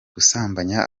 gusambanya